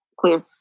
clear